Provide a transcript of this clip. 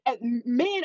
men